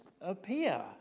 appear